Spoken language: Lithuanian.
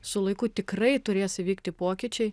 su laiku tikrai turės įvykti pokyčiai